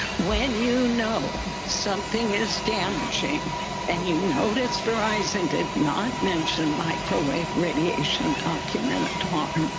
when you know something is damaging and you notice for ice and it not mentioned microwave, radiation documented harm,